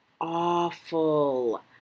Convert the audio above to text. Awful